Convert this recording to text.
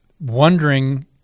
wondering